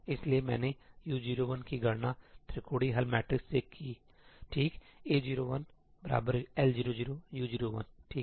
इसलिए मैंने U01 की गणना त्रिकोणीय हल मैट्रिक्स से कीठीकA01 L00 U01 ठीक है